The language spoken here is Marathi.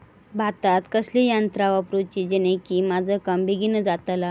भातात कसली यांत्रा वापरुची जेनेकी माझा काम बेगीन जातला?